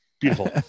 beautiful